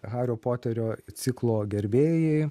hario poterio ciklo gerbėjai